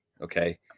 okay